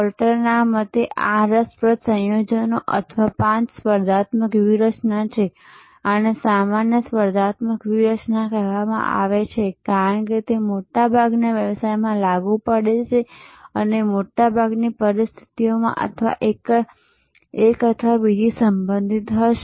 પોર્ટરના મતે આ રસપ્રદ સંયોજનો અથવા પાંચ સ્પર્ધાત્મક વ્યૂહરચના છે આને સામાન્ય સ્પર્ધાત્મક વ્યૂહરચના કહેવામાં આવે છે કારણ કે તે મોટાભાગના વ્યવસાયોમાં લાગુ પડે છે અને મોટાભાગની પરિસ્થિતિઓમાં એક અથવા બીજી સંબંધિત હશે